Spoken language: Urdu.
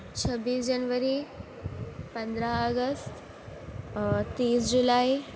چھبیس جنوری پندرہ اگست اور تیس جولائی